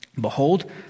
behold